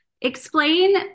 explain